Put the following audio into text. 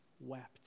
wept